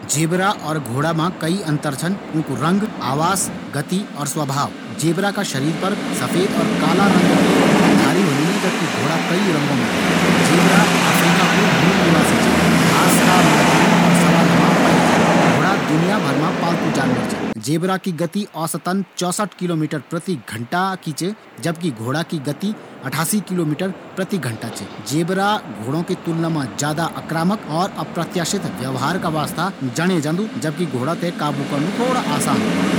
जैब्रा और घोड़ा मा कई अंतर छन। रंग, आवाज, गति और स्वभाव का आधार पर यूँमा अंतर पाए जांदू। जेब्रा का शरीर पर काली और सफ़ेद रंग की धारी होंदिन जबकि घोड़ा कई रंगों मा होंदु। जैब्रा अफ्रीका कू मूल निवासी च। घास का मैदानों और सवानों मा पाए जांदू। घोड़ा दुनिया भर मा पालतू जानवर च। जैब्रा की गति औसतन चौसठ किलोमीटर पर घंटा च जबकि घोड़ा की गति अट्ठासी किलोमीटर पर घंटा च। जैब्रा घोड़ों की तुलना मा ज्यादा आक्रामक और अप्रत्याशित व्यवहार का वास्ता जाणे जांदू। जबकि घोड़ा थें काबू करनू थोड़ा आसान होंदु।